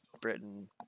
Britain